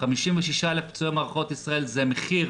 56,000 פצועי מערכות ישראל זה מחיר